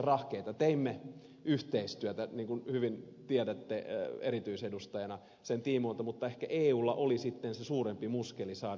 teimme yhteistyötä niin kuin hyvin tiedätte erityisedustajana sen tiimoilta mutta ehkä eulla oli sitten se suurempi muskeli saada se eteenpäin